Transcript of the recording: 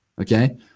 Okay